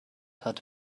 hat